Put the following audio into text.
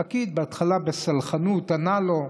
הפקיד, בהתחלה בסלחנות, ענה לו: